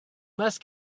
must